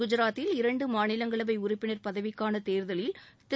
குஜராத்தில் இரண்டு மாநிலங்களவை உறுப்பினர் பதவிக்கான தேர்தலில் திரு